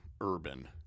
urban